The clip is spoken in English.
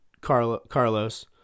Carlos